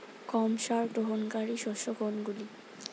কম সার গ্রহণকারী শস্য কোনগুলি?